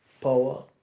power